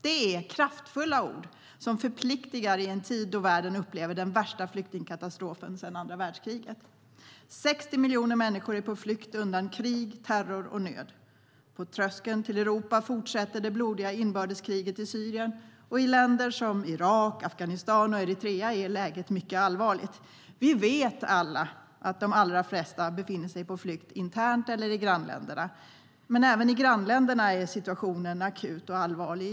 Det är kraftfulla ord som förpliktar i en tid då världen upplever den värsta flyktingkatastrofen sedan andra världskriget. 60 miljoner människor är på flykt undan krig, terror och nöd. På tröskeln till Europa fortsätter det blodiga inbördeskriget i Syrien. Och i länder som Irak, Afghanistan och Eritrea är läget mycket allvarligt. Vi vet alla att de allra flesta befinner sig på flykt internt eller i grannländerna. Men även i grannländerna är situationen akut och allvarlig.